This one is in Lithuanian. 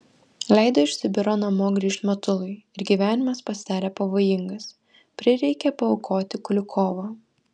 leido iš sibiro namo grįžt matului ir gyvenimas pasidarė pavojingas prireikė paaukoti kulikovą